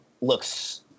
looks